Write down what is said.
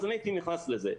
אז אני הייתי נכנס לזה.